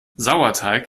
sauerteig